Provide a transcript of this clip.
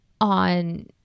on